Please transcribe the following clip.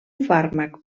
fàrmac